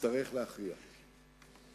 תצטרך להכריע בה.